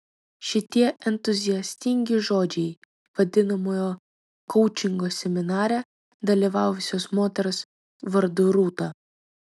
šitie entuziastingi žodžiai vadinamojo koučingo seminare dalyvavusios moters vardu rūta